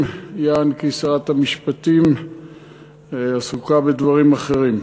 יען כי שרת המשפטים עסוקה בדברים אחרים.